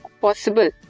possible